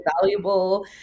valuable